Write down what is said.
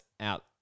out